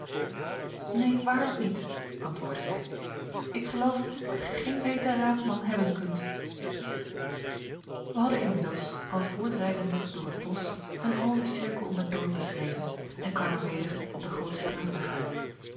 een waarlijk niet antwoordde zij ik geloof dat gij geen beter raadsman hebben kunt ij hadden inmiddels al voortrijdende door het bosch een halven cirkel om het dorp beschreven en kwamen we acob van ennep laasje evenster delen der op den grooten straatweg uit